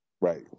Right